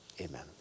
amen